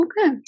Okay